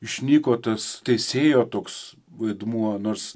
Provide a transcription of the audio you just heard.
išnyko tas teisėjo toks vaidmuo nors